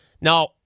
Now